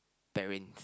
bearing